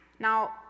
Now